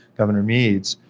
governor mead's,